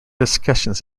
discussions